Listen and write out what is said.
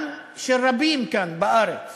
גם של רבים כאן בארץ